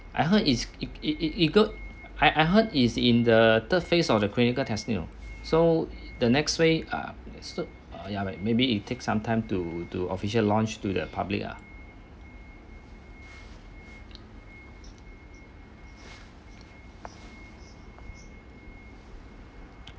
I heard is it it it it got I I heard it is in the third phase of the clinical test you know so the next way ah so you're right maybe it takes some time to to official launched to the public ah